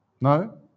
No